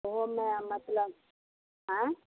ओहोमे मतलब आँय